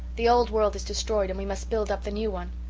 the old world is destroyed and we must build up the new one.